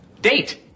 Date